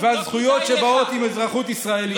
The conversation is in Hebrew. ועל זכויות שבאות עם אזרחות ישראלית.